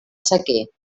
sequer